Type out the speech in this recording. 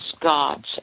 gods